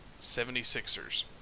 76ers